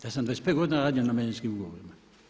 Ja sam 25 godina radio na menadžerskom ugovoru.